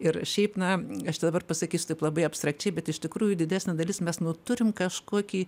ir šiaip na aš tai dabar pasakysiu taip labai abstrakčiai bet iš tikrųjų didesnė dalis mes nu turim kažkokį